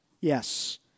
yes